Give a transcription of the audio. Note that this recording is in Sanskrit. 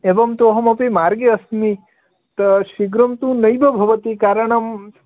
एवं तु अहमपि मार्गे अस्मि त शीघ्रं तु नैव भवति कारणं